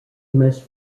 most